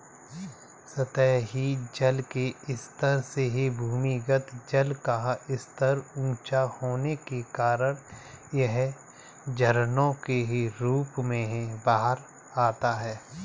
सतही जल के स्तर से भूमिगत जल का स्तर ऊँचा होने के कारण यह झरनों के रूप में बाहर आता है